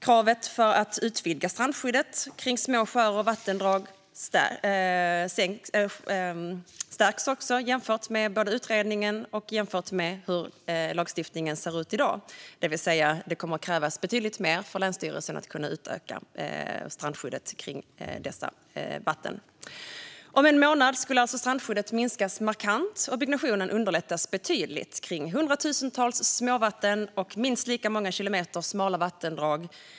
Kravet för att utvidga strandskyddet kring små sjöar och vattendrag skärps också både jämfört med utredningen och jämfört med hur lagstiftningen ser ut i dag. Det kommer alltså att krävas betydligt mer för att länsstyrelsen ska kunna utöka strandskyddet kring dessa vatten. Om en månad, redan den 1 juli, skulle alltså strandskyddet kunna minskas markant och byggnationen underlättas betydligt kring hundratusentals småvatten och minst lika många kilometer smala vattendrag.